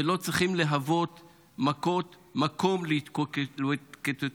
ולא צריכים להוות מקום להתקוטטות,